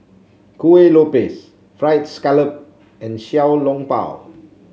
Kueh Lopes fried scallop and Xiao Long Bao